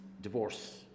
divorce